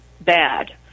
bad